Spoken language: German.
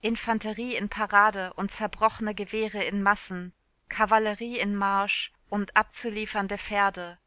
infanterie in parade und zerbrochene gewehre in massen kavallerie in marsch und abzuliefernde pferde